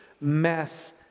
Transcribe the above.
mess